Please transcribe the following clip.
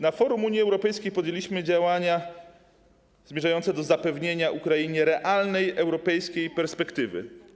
Na forum Unii Europejskiej podjęliśmy działania zmierzające do zapewnienia Ukrainie realnej europejskiej perspektywy.